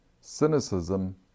cynicism